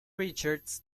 richards